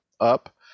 up